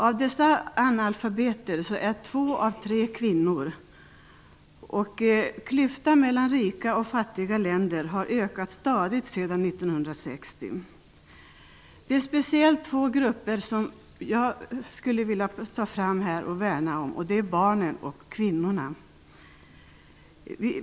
Av analfabeterna är två av tre kvinnor. Klyftan mellan rika och fattiga länder har ökat stadigt sedan 1960. Jag vill speciellt värna om två grupper. Det är barnen och kvinnorna.